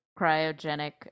cryogenic